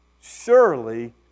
Surely